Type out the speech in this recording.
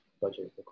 budget